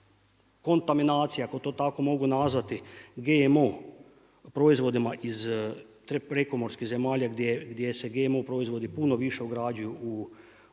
kontaminacija, ako to tako mogu nazvati, GMO, proizvodima iz prekomorskih zemalja, gdje se GMO proizvodi puno više ugrađuju u životinje,